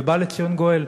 ובא לציון גואל.